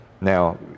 Now